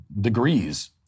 degrees